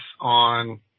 on